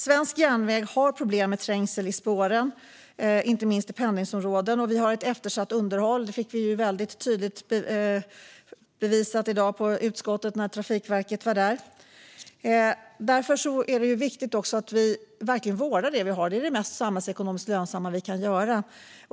Svensk järnväg har problem med trängsel i spåren, inte minst i pendlingsområden. Vi har ett eftersatt underhåll. Det fick vi väldigt tydligt bevisat i utskottet i dag när Trafikverket var där. Det är därför viktigt att vi vårdar det vi har. Det är det mest samhällsekonomiskt lönsamma vi kan göra.